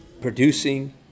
producing